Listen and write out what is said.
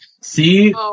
see